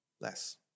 less